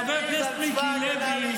חבר הכנסת מיקי לוי,